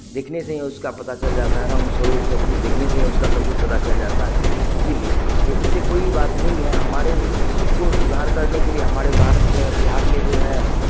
देखने से ही उसका पता चल जाता है रंग स्वरूप सब कुछ देखने से ही उसका सब कुछ पता चल जाता है इसीलिए तो इससे कोई बात नहीं है हमारे उस चीज़ को सुधार करने के लिए हमारे भारत बिहार में जो है